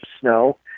snow